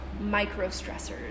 micro-stressors